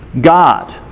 God